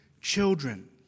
children